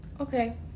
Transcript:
Okay